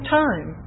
time